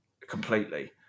completely